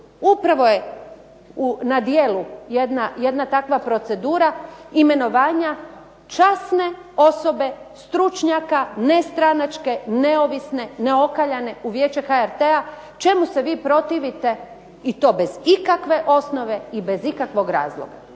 upravo je na djelu jedna takva procedura imenovanja časne osobe stručnjaka nestranačke, neovisne, neokaljane u Vijeće HRT-a čemu se vi protivite i to bez ikakve osnove i bez ikakvog razloga.